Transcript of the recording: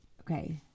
Okay